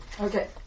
Okay